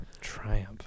Triumph